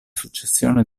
successione